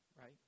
right